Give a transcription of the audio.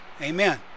Amen